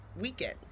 weekend